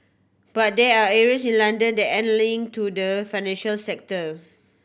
but there are areas in London that aren't link to the financial sector